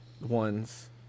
ones